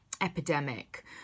epidemic